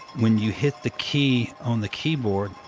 when you hit the key on the keyboard,